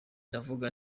ndavuga